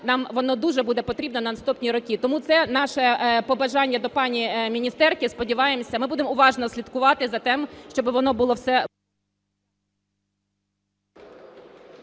нам воно дуже буде потрібно на наступні роки. Тому це наше побажання до пані міністерки. Ми будемо уважно слідкувати за тим, щоби воно було все…